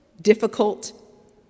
difficult